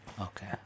Okay